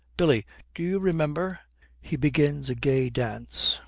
billy, do you remember he begins a gay dance.